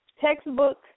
textbook